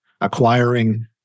acquiring